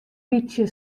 bytsje